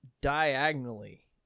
diagonally